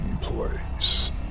place